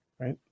right